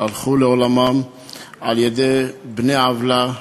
שהלכו לעולמם על-ידי בני-עוולה.